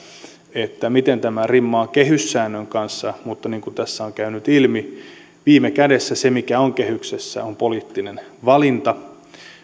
miten tämä rimmaa kehyssäännön kanssa mutta niin kuin tässä on käynyt ilmi viime kädessä se mikä on kehyksessä on poliittinen valinta